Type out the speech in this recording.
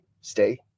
stay